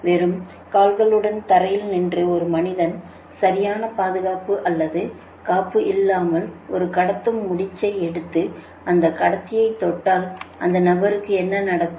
வெறும் கால்களுடன் தரையில் நின்று ஒரு மனிதன் சரியான பாதுகாப்பு அல்லது காப்பு இல்லாமல் ஒரு கடத்தும் முடிச்சை எடுத்து அந்த கடத்தியை தொட்டால் அந்த நபருக்கு என்ன நடக்கும்